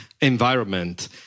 environment